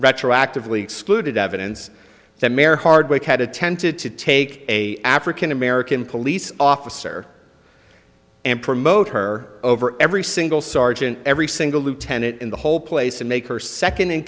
retroactively excluded evidence that mare hardwick had attempted to take a african american police officer and promote her over every single sargent every single lieutenant in the whole place to make her second in